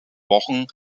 wochen